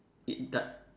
it doe~